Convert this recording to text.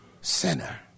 sinner